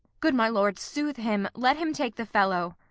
good my lord, soothe him let him take the fellow.